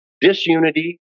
Disunity